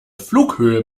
flughöhe